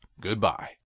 goodbye